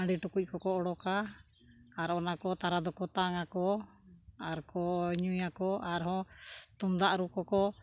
ᱦᱟᱺᱰᱤ ᱴᱩᱠᱩᱡ ᱠᱚᱠᱚ ᱩᱰᱩᱠᱟ ᱟᱨ ᱚᱱᱟ ᱠᱚ ᱛᱟᱨᱟ ᱫᱚᱠᱚ ᱛᱟᱝ ᱟᱠᱚ ᱟᱨ ᱠᱚ ᱧᱩᱭᱟᱠᱚ ᱟᱨᱦᱚᱸ ᱛᱩᱢᱫᱟᱜ ᱨᱩ ᱠᱚᱠᱚ